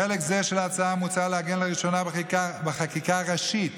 בחלק זה של ההצעה מוצע לעגן לראשונה בחקיקה ראשית